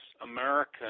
American